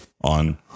on